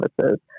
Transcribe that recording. services